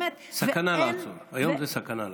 סכנה לעצור, היום זאת סכנה לעצור.